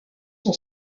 son